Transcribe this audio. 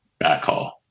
backhaul